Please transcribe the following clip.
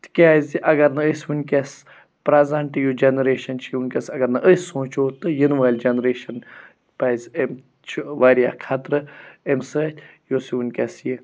تِکیٛازِ اگر نہٕ أسۍ وُنٛکیٚس پرٛیٚزَنٛٹ یۄس جَنریشَن چھِ وُنٛکیٚس اگر نہٕ أسۍ سونٛچو تہٕ یِنہٕ وٲلۍ جَنریشَن پَزِ أمۍ چھُ واریاہ خطرٕ اَمہِ سۭتۍ یُس یہِ وُنٛکیٚس یہِ